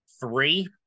three